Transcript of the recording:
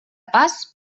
pas